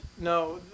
no